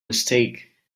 mistake